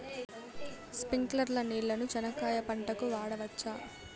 స్ప్రింక్లర్లు నీళ్ళని చెనక్కాయ పంట కు వాడవచ్చా?